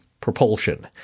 propulsion